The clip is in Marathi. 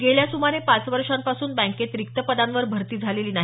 गेल्या सुमारे पाच वर्षांपासून बँकेत रिक्त पदांवर भर्ती झालेली नाही